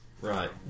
Right